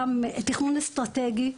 גם תכנון אסטרטגי,